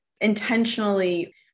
intentionally